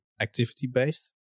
activity-based